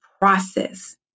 process